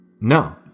No